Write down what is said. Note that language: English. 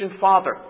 father